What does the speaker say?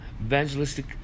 evangelistic